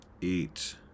Eat